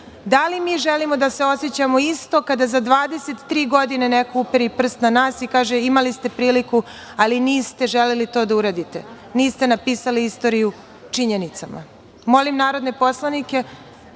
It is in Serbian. da li mi želimo da se osećamo isto kada za 23 godine neko uperi prst na nas i kaže imali ste priliku, ali niste želeli to da uradite. Niste napisali istoriju činjenicama. Molim narodne poslanike